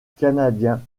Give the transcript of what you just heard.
canadien